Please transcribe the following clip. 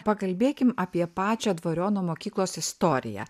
pakalbėkim apie pačią dvariono mokyklos istoriją